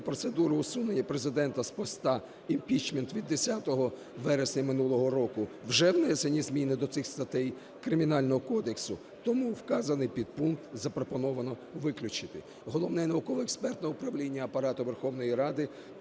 процедуру усунення Президента з поста (імпічмент)" від 10 вересня минулого року вже внесені зміни до цих статей Кримінального кодексу. Тому вказаний підпункт запропоновано виключити. Головне науково-експертне управління Апарату Верховної Ради